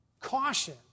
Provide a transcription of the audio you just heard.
Caution